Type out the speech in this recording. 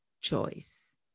choice